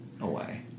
away